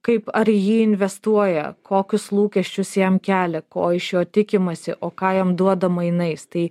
kaip ar į jį investuoja kokius lūkesčius jam kelia ko iš jo tikimasi o ką jam duoda mainais tai